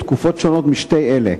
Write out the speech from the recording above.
ותקופות שונות משתי אלה.